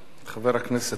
חבר הכנסת אורי אורבך.